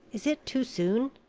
is it too soon?